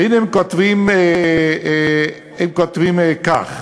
והנה, הם כותבים כך: